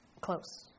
close